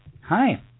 Hi